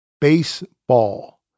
baseball